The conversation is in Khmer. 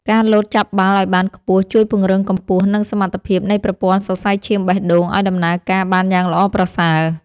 ការលោតចាប់បាល់ឱ្យបានខ្ពស់ជួយពង្រឹងកម្ពស់ និងសមត្ថភាពនៃប្រព័ន្ធសរសៃឈាមបេះដូងឱ្យដំណើរការបានយ៉ាងល្អប្រសើរ។